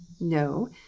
No